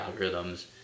algorithms